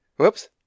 Whoops